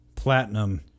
platinum